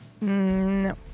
no